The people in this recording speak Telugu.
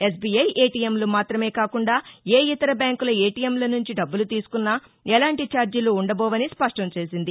ఎస్బీఐ ఏటీఎంలు మాత్రమే కాకుండా ఏ ఇతర బ్యాంకుల ఏటీఎంల నుంచి డబ్బులు తీసుకున్నా ఎలాంటి ఛార్జీలు ఉండబోవని స్పష్టంచేసింది